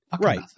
Right